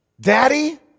Daddy